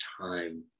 time